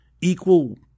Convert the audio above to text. equal